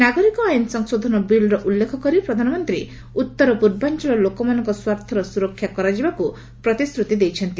ନାଗରିକ ଆଇନ ସଂଶୋଧନ ବିଲ୍ର ଉଲ୍ଲେଖ କରି ପ୍ରଧାନମନ୍ତ୍ରୀ ଉତ୍ତର ପୂର୍ବାଞ୍ଚଳ ଲୋକମାନଙ୍କ ସ୍ୱାର୍ଥର ସୁରକ୍ଷା କରାଯିବାକୁ ପ୍ରତିଶ୍ରତି ଦେଇଛନ୍ତି